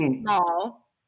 small